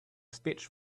speech